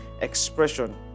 expression